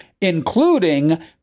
including